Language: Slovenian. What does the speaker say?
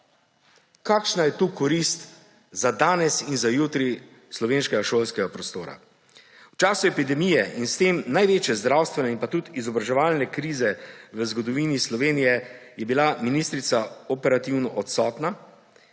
Kakšna je tu korist za danes in za jutri slovenskega šolskega prostora? V času epidemije in s tem največje zdravstvene in tudi izobraževalne krize v zgodovini Slovenije je bila ministrica operativno odsotna